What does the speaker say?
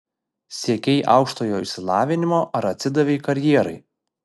siekei aukštojo išsilavinimo ar atsidavei karjerai